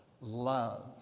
love